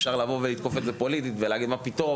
אפשר לתקוף את זה פוליטית ולהגיד: ״מה פתאום,